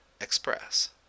express